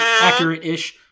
accurate-ish